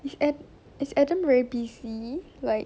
is adam adam very busy like